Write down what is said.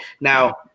Now